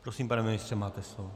Prosím, pane ministře, máte slovo.